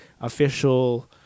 official